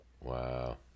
Wow